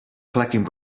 collecting